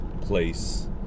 place